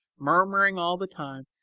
murmuring all the time,